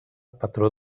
patró